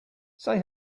say